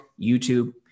YouTube